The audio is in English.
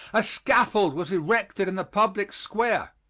a scaffold was erected in the public square.